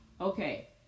Okay